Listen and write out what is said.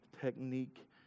technique